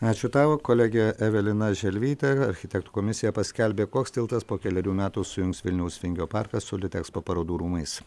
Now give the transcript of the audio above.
ačiū tau kolegė evelina želvytė architektų komisija paskelbė koks tiltas po kelerių metų sujungs vilniaus vingio parką su litekspo parodų rūmais